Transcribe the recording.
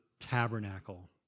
tabernacle